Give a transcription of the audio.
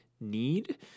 need